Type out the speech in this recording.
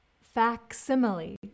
Facsimile